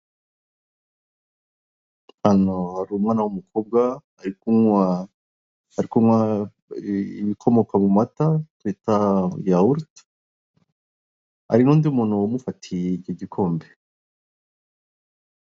Hano hari umwana w'umukobwa ari kunwa ari kunywa ibikomoka mu mata bita yawurute, hari n'undi muntu umufatiye iki gikombe.